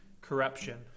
corruption